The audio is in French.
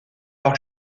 par